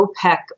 OPEC